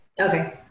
Okay